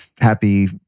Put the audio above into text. happy